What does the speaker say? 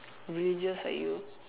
religious are you